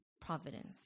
providence